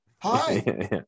hi